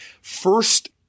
first